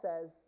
says